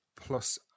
plus